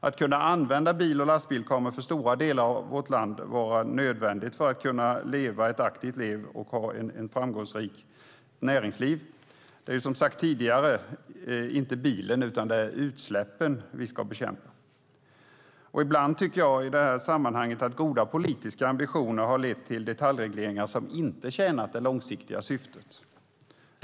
Att kunna använda bil och lastbil kommer i stora delar av vårt land vara nödvändigt för att kunna leva ett aktivt liv och ha ett framgångsrikt näringsliv. Det är ju som sagt inte bilen utan utsläppen vi ska bekämpa. Ibland tycker jag att goda politiska ambitioner har lett till detaljregleringar som inte tjänar det långsiktiga syftet.